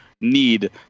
need